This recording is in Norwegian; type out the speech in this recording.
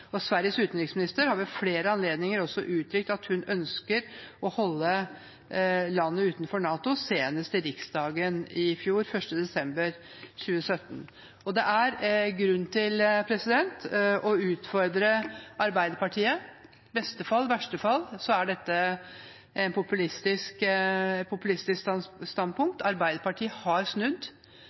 Sveriges utenriksminister har ved flere anledninger uttrykt at hun ønsker å holde landet utenfor NATO, senest i Riksdagen i fjor, 1. desember 2017. Det er grunn til å utfordre Arbeiderpartiet. I beste fall eller verste fall er dette et populistisk standpunkt. Arbeiderpartiet har snudd,